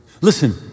Listen